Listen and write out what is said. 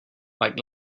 like